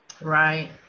Right